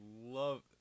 love